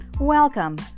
Welcome